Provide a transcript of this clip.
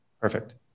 perfect